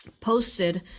posted